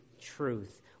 truth